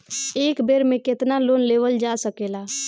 एक बेर में केतना लोन लेवल जा सकेला?